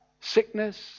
sickness